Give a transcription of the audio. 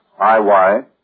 IY